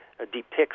depicts